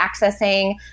accessing